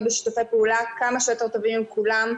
בשיתופי פעולה כמה שיותר טובים עם כולם.